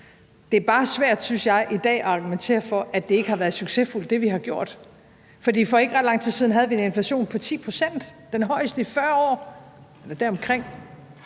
det er svært i dag at argumentere for, at det, vi har gjort, ikke har været succesfuldt. For ikke ret lang tid siden havde vi en inflation på 10 pct., den højeste i 40 år eller deromkring.